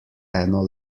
eno